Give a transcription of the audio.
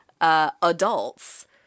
Adults